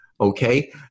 Okay